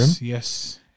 Yes